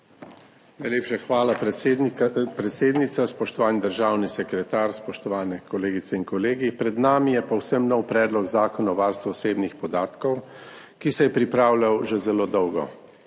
hvala, predsednica. Spoštovani državni sekretar, spoštovane kolegice in kolegi! Pred nami je povsem nov Predlog zakona o varstvu osebnih podatkov, ki se je pripravljal zelo dolgo.